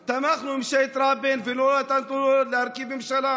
תמכנו בממשלת רבין ולא נתנו לו להרכיב ממשלה.